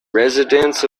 residents